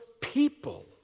people